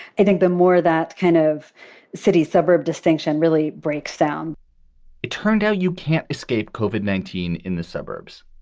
i think the more that kind of city suburb distinction really breaks down it turned out you can't escape cauvin, nineteen, in the suburbs,